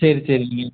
சரி சரிங்க